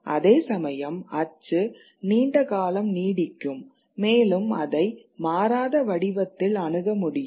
அதேசமயம் அச்சு நீண்ட காலம் நீடிக்கும் மேலும் அதை மாறாத வடிவத்தில் அணுக முடியும்